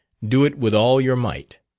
do it with all your might.